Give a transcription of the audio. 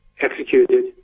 executed